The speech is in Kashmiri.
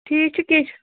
ٹھیٖک چھُ کیٚنٛہہ چھُ